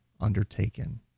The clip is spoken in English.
undertaken